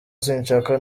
sinshaka